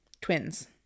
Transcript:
twins